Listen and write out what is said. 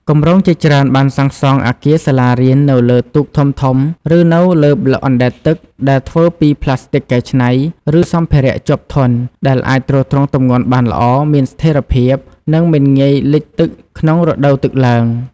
គម្រោងជាច្រើនបានសាងសង់អគារសាលារៀននៅលើទូកធំៗ ឬនៅលើប្លុកអណ្តែតទឹកដែលធ្វើពីប្លាស្ទិកកែច្នៃ ឬសម្ភារៈជាប់ធន់ ដែលអាចទ្រទ្រង់ទម្ងន់បានល្អ មានស្ថិរភាព និងមិនងាយលិចទឹកក្នុងរដូវទឹកឡើង។